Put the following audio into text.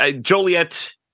Joliet